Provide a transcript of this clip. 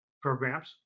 programs